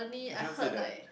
we can't say that